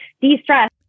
de-stress